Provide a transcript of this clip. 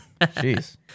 Jeez